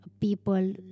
people